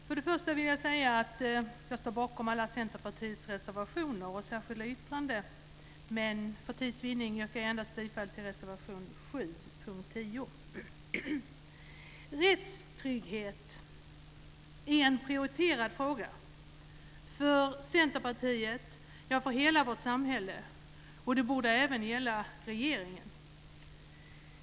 Fru talman! Jag står bakom alla Centerpartiets reservationer och särskilda yttranden, men för tids vinning yrkar jag bifall endast till reservation 7, punkt Rättstrygghet är en prioriterad fråga för Centerpartiet - ja, för hela vårt samhälle. Det borde även gälla regeringen.